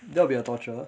that will be a torture